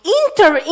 enter